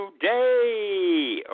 today